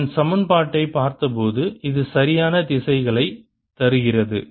நான் சமன்பாட்டைப் பார்த்தபோது இது சரியான திசைகளைத் தருகிறது